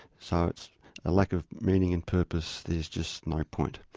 so it's a lack of meaning and purpose, there is just no point.